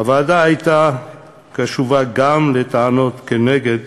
הוועדה הייתה קשובה גם לטענות כנגד